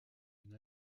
une